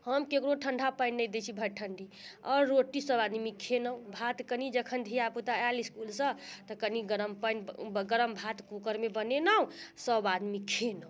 हम केकरो ठंडा पानि नहि दय छी भरि ठंडी आओर रोटी सब आदमी खयलहुँ भात कनि जखन धिया पूता एल इसकुलसँ तऽ कनि गरम पानि गरम भात कूकरमे बनेलहुँ सब आदमी खयलहुँ